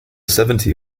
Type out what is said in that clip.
seventy